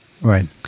Right